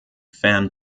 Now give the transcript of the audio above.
fan